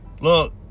look